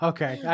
Okay